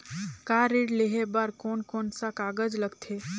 Car ऋण लेहे बार कोन कोन सा कागज़ लगथे?